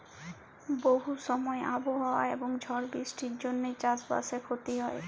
বহু সময় আবহাওয়া এবং ঝড় বৃষ্টির জনহে চাস বাসে ক্ষতি হয়